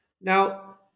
Now